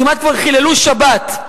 כמעט כבר חיללו שבת.